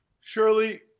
Shirley